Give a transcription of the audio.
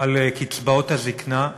על קצבאות הזקנה,